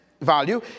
value